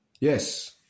Yes